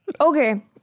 Okay